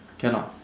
can what